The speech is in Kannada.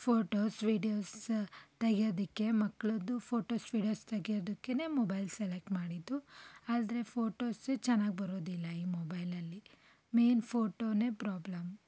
ಫ಼ೋಟೋಸ್ ವೀಡ್ಯೋಸ್ ತೆಗಿಯೋದಿಕ್ಕೆ ಮಕ್ಕಳದ್ದು ಫ಼ೋಟೋಸ್ ವೀಡ್ಯೋಸ್ ತೆಗಿಯೋದಿಕ್ಕೇನೆ ಮೊಬೈಲ್ ಸೆಲೆಕ್ಟ್ ಮಾಡಿದ್ದು ಆದರೆ ಫ಼ೋಟೋಸೇ ಚೆನ್ನಾಗಿ ಬರೋದಿಲ್ಲ ಈ ಮೊಬೈಲಲ್ಲಿ ಮೇಯ್ನ್ ಫ಼ೋಟೋನೇ ಪ್ರಾಬ್ಲಮ್